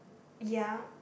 ya